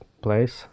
place